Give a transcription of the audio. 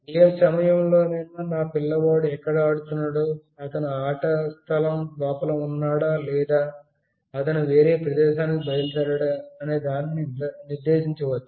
ఏ సమయంలోనైనా నా పిల్లవాడు ఎక్కడ ఆడుతున్నాడో అతను ఆట స్థలం లోపల ఉన్నాడా లేదా అతను వేరే ప్రదేశానికి బయలుదేరాడా అనే దానిని నిర్దేశించవచ్చు